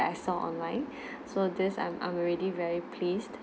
I saw online so this I'm I'm already very pleased